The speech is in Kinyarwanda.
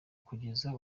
kugeza